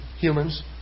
humans